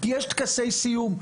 כי יש טקסי סיום,